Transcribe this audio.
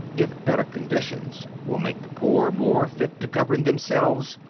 if better conditions will make the poor more fit to govern themselves,